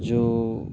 जो